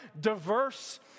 diverse